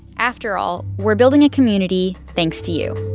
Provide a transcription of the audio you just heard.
after all, we're building a community thanks to you